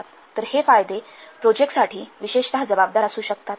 तर हे फायदे दिलेल्या प्रोजेक्टसाठी विशेषतः जबाबदार असू शकतात